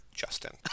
Justin